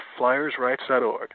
flyersrights.org